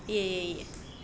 !yay!